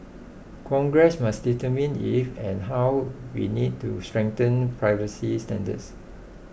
Congress must determine if and how we need to strengthen privacy standards